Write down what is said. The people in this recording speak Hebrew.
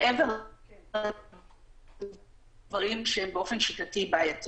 מעבר לדברים שהם בעייתיים באופן שיטתי.